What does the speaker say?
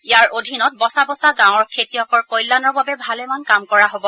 ইয়াৰ অধীনত বচা বচা গাঁৱৰ খেতিয়কৰ কল্যাণৰ বাবে ভালেমান কাম কৰা হব